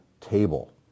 table